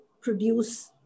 produce